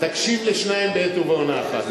תקשיב לשניים בעת ובעונה אחת,